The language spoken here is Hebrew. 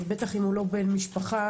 בטח אם הוא לא בן משפחה,